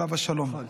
עליו השלום.